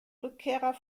rückkehrer